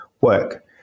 work